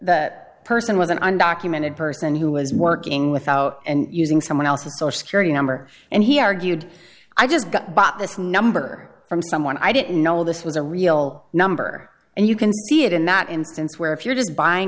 the person was an undocumented person who was working without and using someone else's social security number and he argued i just got bought this number from someone i didn't know this was a real number and you can see it in that instance where if you're just buying